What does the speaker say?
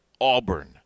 Auburn